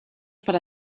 para